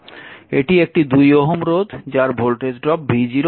এটি একটি 2 Ω রোধ যার ভোল্টেজ ড্রপ v0